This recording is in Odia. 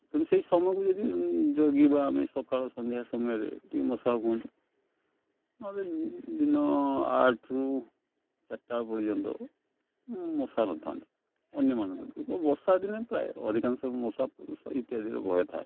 କିନ୍ତୁ ସେହି ସମୟକୁ ଯଦି ଜଗିବା ଆମେ ସକାଳ ସନ୍ଧ୍ୟା ସମୟରେ ଟିକିଏ ମଶା ହୁଅନ୍ତୁ ନହେଲେ ଦିନ ଆଠରୁୁ ଚାରିଟା ପର୍ଯ୍ୟନ୍ତ ମଶା ନଥାନ୍ତି ଅନ୍ୟମାନ ବର୍ଷା ଦିନେ ପ୍ରାୟ ଅଧିକାଂଶ ମଶା ଇତ୍ୟାଦିର ଭୟ ଥାଏ